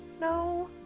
no